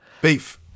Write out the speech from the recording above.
Beef